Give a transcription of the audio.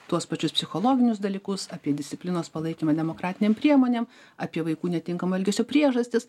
tuos pačius psichologinius dalykus apie disciplinos palaikymą demokratinėm priemonėm apie vaikų netinkamo elgesio priežastis